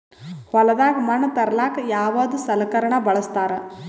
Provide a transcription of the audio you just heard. ಹೊಲದಾಗ ಮಣ್ ತರಲಾಕ ಯಾವದ ಸಲಕರಣ ಬಳಸತಾರ?